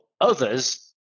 others